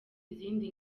izindi